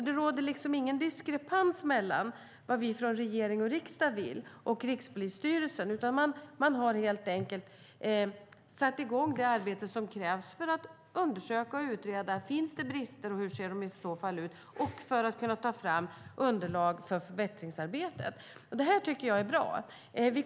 Det råder alltså ingen diskrepans mellan vad vi i regering och riksdag vill och vad Rikspolisstyrelsen vill, utan man har helt enkelt satt i gång det arbete som krävs för att undersöka och utreda om det finns brister och hur de i så fall ser ut samt för att ta fram underlag för förbättringsarbetet. Det tycker jag är bra.